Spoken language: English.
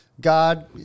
God